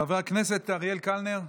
חבר הכנסת אריאל קלנר,